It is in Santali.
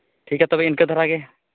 ᱴᱷᱤᱠ ᱜᱮᱭᱟ ᱛᱚᱵᱮ ᱤᱱᱠᱟᱹ ᱫᱷᱟᱨᱟ ᱜᱮ